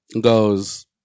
goes